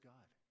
God